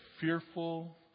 fearful